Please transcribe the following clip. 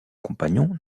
compagnon